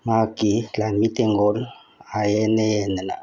ꯃꯍꯥꯛꯀꯤ ꯂꯥꯟꯃꯤ ꯇꯦꯡꯒꯣꯜ ꯑꯥꯏ ꯑꯦꯟ ꯑꯦꯑꯗꯅ